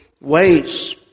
ways